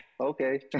okay